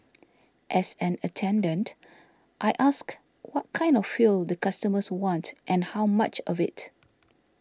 as an attendant I ask what kind of fuel the customers want and how much of it